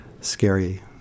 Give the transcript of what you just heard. scary